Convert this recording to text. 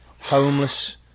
homeless